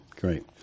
great